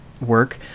Work